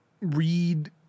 read